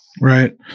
Right